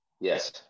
Yes